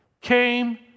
came